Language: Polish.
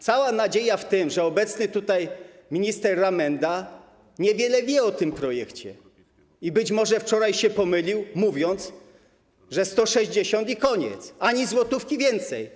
Cała nadzieja w tym, że obecny minister Rabenda niewiele wie o tym projekcie i być może wczoraj się pomylił, mówiąc, że 160 i koniec, ani złotówki więcej.